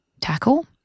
tackle